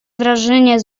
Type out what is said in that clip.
wrażenie